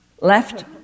left